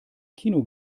kino